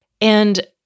And-